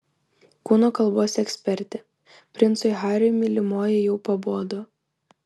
kūno kalbos ekspertė princui hariui mylimoji jau pabodo